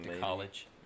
college